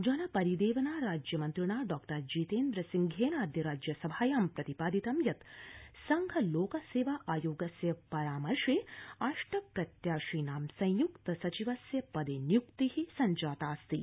जन परिदेवना राज्यमन्त्रिणा डॉ जितेन्द्र सिंहेनाद्य राज्यसभायां प्रतिपादितं यत् संघ लोक सेवा आयोगस्य परामर्श अष्ट प्रत्याशिनां संयुक्त सचिवस्य पदे निय्क्ति जातास्ति